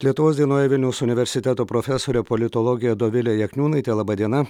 lietuvos dienoje vilniaus universiteto profesorė politologė dovilė jakniūnaitė laba diena